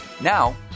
Now